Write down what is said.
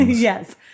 Yes